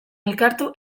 elkartu